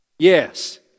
Yes